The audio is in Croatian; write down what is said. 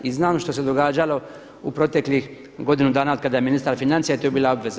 I znam što se događalo u proteklih godinu dana od kada je ministar financija i to je bila obveza.